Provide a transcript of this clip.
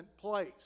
place